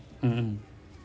mmhmm